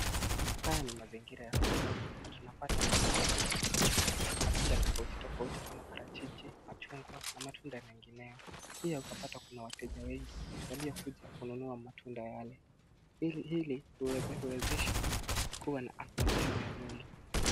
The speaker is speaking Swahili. Haya ni mazingira ya sokoni na tunapata kuna matunda tofauti tofauti kama parachichi, machungwa na matunda mengineo. Pia utapata kuna wateja wengi walio kuja kununua matunda yale. Hili huwezesha kuwa na afya njema ya mwili.